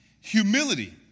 humility